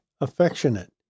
affectionate